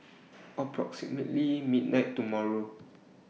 approximately midnight tomorrow